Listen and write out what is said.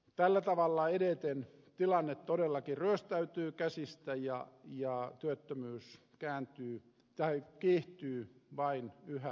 tällä tavalla edeten tilanne todellakin ryöstäytyy käsistä ja työttömyys kiihtyy vain yhä vaikeammaksi